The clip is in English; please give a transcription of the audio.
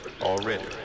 already